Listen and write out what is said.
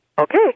Okay